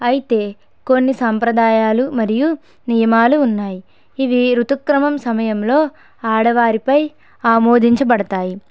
అయితే కొన్ని సాంప్రదాయాలు మరియు నియమాలు ఉన్నాయి ఇవి రుతుక్రమం సమయంలో ఆడవారిపై ఆమోదించబడతాయి